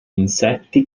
insetti